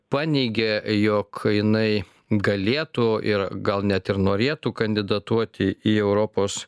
paneigė jog jinai galėtų ir gal net ir norėtų kandidatuoti į europos